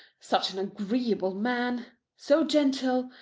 such an agreeable man so genteel,